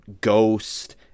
ghost